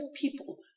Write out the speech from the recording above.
people